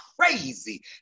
crazy